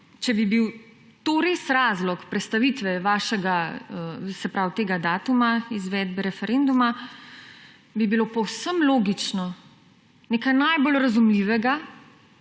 Če bi bil to res razlog prestavitve tega datuma izvedbe referenduma, bi bilo povsem logično, nekaj najbolj razumljivega,